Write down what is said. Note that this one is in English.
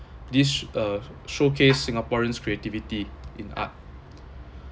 this sh~ uh showcase singaporeans' creativity in art